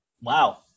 Wow